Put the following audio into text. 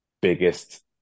biggest